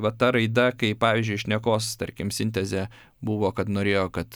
va ta raida kaip pavyzdžiui šnekos tarkim sintezė buvo kad norėjo kad